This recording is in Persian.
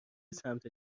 سمت